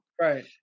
Right